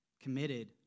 committed